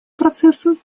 процессу